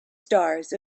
stars